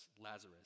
Lazarus